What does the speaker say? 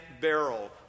barrel